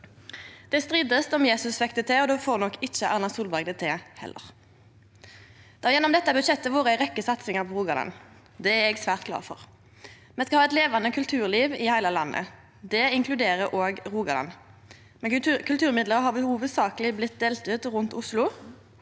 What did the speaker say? stridest om Jesus fekk det til, og då får nok ikkje Erna Solberg det til heller. Det har gjennom dette budsjettet vore ei rekkje satsingar på Rogaland. Det er eg svært glad for. Me skal ha eit levande kulturliv i heile landet. Det inkluderer òg Rogaland. Kulturmidlar har hovudsakeleg blitt delte ut rundt Oslo.